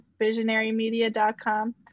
visionarymedia.com